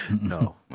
No